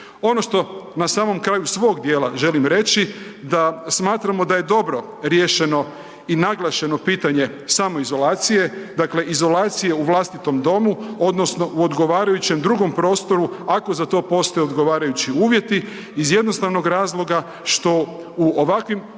Ono što na samom kraju svog dijela želim reći da smatramo da je dobro riješeno i naglašeno pitanje samoizolacije, dakle izolacije u vlastitom domu odnosno u odgovarajućem drugom prostoru ako za to postoje odgovarajući uvjeti iz jednostavnog razloga što u ovakvim